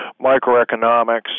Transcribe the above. microeconomics